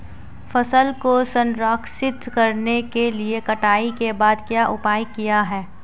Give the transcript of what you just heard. फसल को संरक्षित करने के लिए कटाई के बाद के उपाय क्या हैं?